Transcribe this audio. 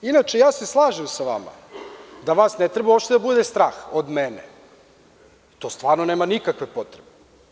Inače, ja se slažem sa vama da vas ne treba da bude strah od mene i to stvarno nema potrebe.